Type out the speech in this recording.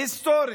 היסטורית,